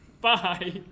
Bye